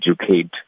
educate